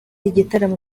igitaramo